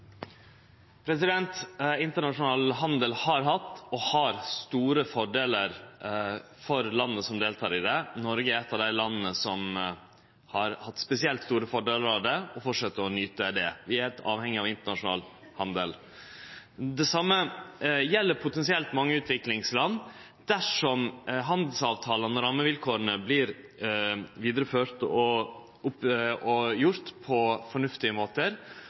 Internasjonal handel har hatt, og har, store fordelar for landet som deltek i det. Noreg er eitt av landa som har hatt spesielt store fordelar av det, og fortset å nyte godt av det. Vi er heilt avhengige av internasjonal handel. Det same gjeld potensielt mange utviklingsland dersom handelsavtalane og rammevilkåra vert vidareførte og